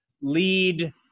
lead